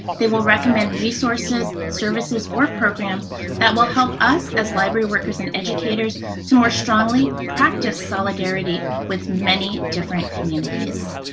they will recommend resources, services, or programs that will help us as library workers and educators to more strongly practice solidarity with many different communities.